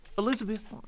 Elizabeth